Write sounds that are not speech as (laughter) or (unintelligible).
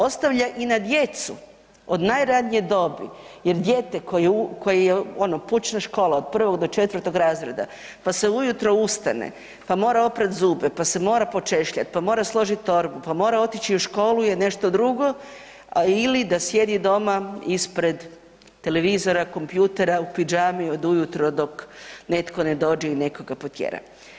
Ostavlja i na djecu od najranije dobi jer dijete koje je ono, ... (unintelligible) škola, od 1.-4. razreda pa se ujutro ustane, pa mora oprati zube, pa se mora počešljati, pa mora složiti torbu, pa mora otići u školu je nešto drugo ili da sjedi doma ispred televizora, kompjutera, u pidžami od ujutro dok netko ne dođe i netko ga potjera.